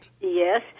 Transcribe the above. Yes